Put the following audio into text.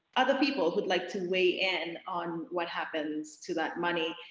other people who would like to weigh in on what happens to that money?